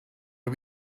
are